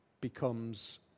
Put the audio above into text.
becomes